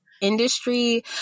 industry